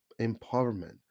empowerment